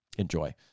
Enjoy